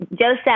Joseph